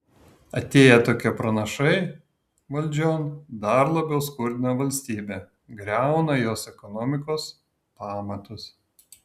atėję tokie pranašai valdžion dar labiau skurdina valstybę griauna jos ekonomikos pamatus